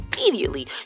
Immediately